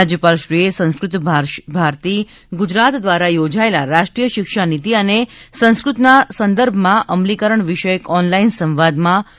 રાજ્યપાલશ્રીએ સંસ્કૃતભારતી ગુજરાત દ્વારા યોજાયેલા રાષ્ટ્રીય શિક્ષા નીતિ અને સંસ્કૃત ના સંદર્ભમાં અમલીકરણ વિષયક ઓનલાઇન સંવાદમાં આ મુજબ જણાવ્યુ હતું